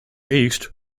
east